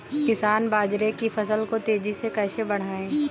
किसान बाजरे की फसल को तेजी से कैसे बढ़ाएँ?